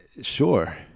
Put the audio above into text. Sure